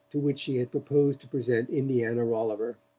to which she had proposed to present indiana rolliver.